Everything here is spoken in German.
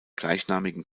gleichnamigen